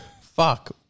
Fuck